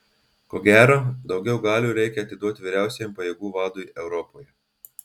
ko gero daugiau galių reikia atiduoti vyriausiajam pajėgų vadui europoje